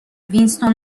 وینستون